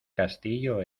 castillo